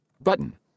button